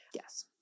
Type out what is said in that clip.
Yes